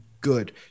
good